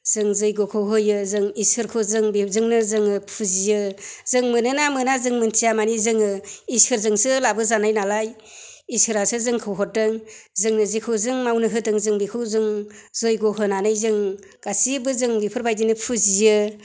जों जग्य'खौ होयो जों इसोरखौ जों बेजोंनो जोङो फुजियो जों मोनो ना मोना जों मोन्थिया माने जोङो इसोरजोंसो लाबोजानाय नालाय इसोरासो जोंखौ हरदों जोङो जेखौ जों मावनो होदों जों बेखौ जों जग्य' होनानै जों गासैबो जों बेफोरबायदिनो फुजियो